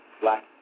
black